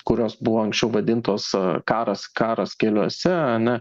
kurios buvo anksčiau vadintos karas karas keliuose ane